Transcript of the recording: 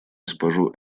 госпожу